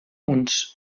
uns